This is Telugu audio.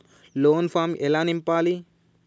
లోన్ ఫామ్ ఎలా నింపాలి?